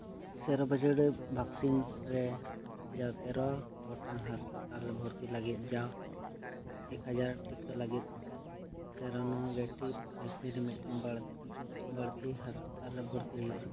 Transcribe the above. vaccine ᱨᱮ ᱡᱟᱣ ᱛᱮᱨᱚ ᱜᱚᱴᱟᱝ ᱦᱚᱥᱯᱤᱴᱟᱞ ᱨᱮ ᱵᱷᱚᱨᱛᱤ ᱞᱟᱹᱜᱤᱫ ᱡᱟᱣ ᱮᱠ ᱦᱟᱡᱟᱨ ᱴᱤᱠᱟᱹ ᱞᱟᱹᱜᱤᱫ ᱥᱮᱨᱳᱱᱚᱜᱮᱴᱤᱵᱷ ᱵᱷᱮᱠᱥᱤᱱ ᱨᱮ ᱢᱤᱫᱴᱟᱱ ᱵᱟᱹᱲᱛᱤ ᱦᱚᱥᱯᱤᱴᱟᱞ ᱨᱮ ᱵᱷᱚᱨᱛᱤ ᱦᱩᱭᱩᱜᱼᱟ